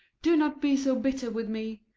do not be so bitter with me.